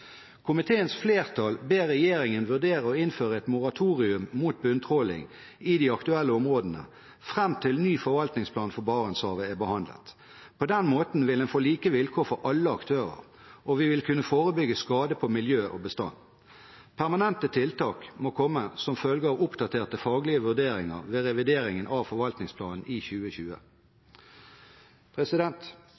Komiteens flertall ber regjeringen vurdere å innføre et moratorium mot bunntråling i de aktuelle områdene fram til ny forvaltningsplan for Barentshavet er behandlet. På den måten vil en få like vilkår for alle aktører, og vi vil kunne forebygge skade på miljø og bestand. Permanente tiltak må komme som følge av oppdaterte faglige vurderinger ved revideringen av forvaltningsplanen i 2020.